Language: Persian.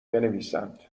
بنویسند